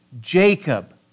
Jacob